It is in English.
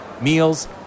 meals